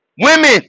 women